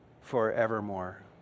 forevermore